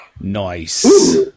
Nice